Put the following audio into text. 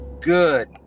good